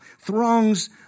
Throngs